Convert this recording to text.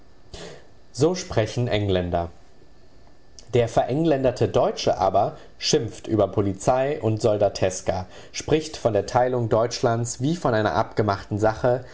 so sprechen engländer der verengländerte deutsche aber schimpft über polizei und soldateska spricht von der teilung deutschlands wie von einer abgemachten sache